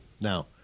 now